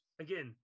again